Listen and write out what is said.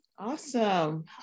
Awesome